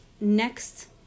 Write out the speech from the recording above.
next